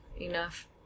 enough